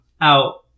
out